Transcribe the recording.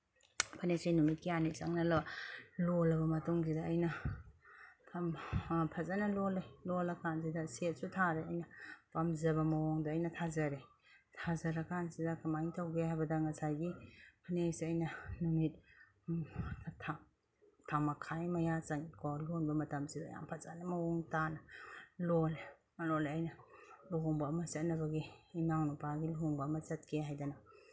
ꯐꯅꯦꯛꯁꯦ ꯅꯨꯃꯤꯠ ꯀꯌꯥꯅꯤ ꯆꯪꯅ ꯂꯣꯜꯂꯕ ꯃꯇꯨꯡꯁꯤꯗ ꯑꯩꯅ ꯐꯖꯅ ꯂꯣꯜꯂꯦ ꯂꯣꯜꯂꯀꯥꯟꯁꯤꯗ ꯁꯦꯠꯁꯨ ꯊꯥꯔꯦ ꯑꯩꯅ ꯄꯥꯝꯖꯕ ꯃꯑꯣꯡꯗ ꯑꯩꯅ ꯊꯥꯖꯔꯦ ꯊꯥꯖꯔꯀꯥꯟꯁꯤꯗ ꯀꯃꯥꯏꯅ ꯇꯧꯒꯦ ꯍꯥꯏꯕꯗ ꯉꯁꯥꯏꯒꯤ ꯐꯅꯦꯛꯁꯦ ꯑꯩꯅ ꯅꯨꯃꯤꯠ ꯊꯥ ꯃꯈꯥꯏ ꯑꯃ ꯃꯌꯥ ꯆꯪꯉꯤꯀꯣ ꯂꯣꯟꯕ ꯃꯇꯝꯁꯤꯗ ꯌꯥꯝ ꯐꯖꯅ ꯃꯑꯣꯡ ꯇꯥꯅ ꯂꯣꯜꯂꯦ ꯂꯣꯜꯂꯦ ꯑꯩꯅ ꯂꯨꯍꯣꯡꯕ ꯑꯝ ꯆꯠꯅꯕꯒꯤ ꯏꯅꯥꯎꯅꯨꯄꯥꯒꯤ ꯂꯨꯍꯣꯡꯕ ꯑꯃ ꯆꯠꯀꯦ ꯍꯥꯏꯗꯅ